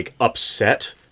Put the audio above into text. upset